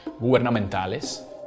gubernamentales